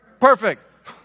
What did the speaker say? perfect